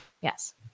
yes